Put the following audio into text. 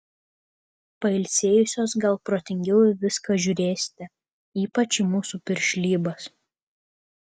pailsėjusios gal protingiau į viską žiūrėsite ypač į mūsų piršlybas